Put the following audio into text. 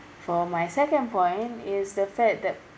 for my second point is the fact that